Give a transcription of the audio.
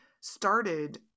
started